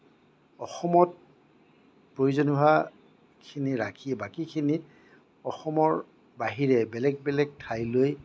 অসমত প্ৰয়োজন হোৱাখিনি ৰাখি বাকীখিনি অসমৰ বাহিৰে বেলেগ বেলেগ ঠাইলৈ